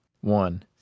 one